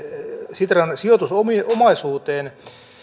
sitran sijoitusomaisuuteen